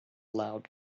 loud